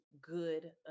good